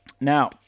Now